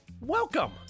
Welcome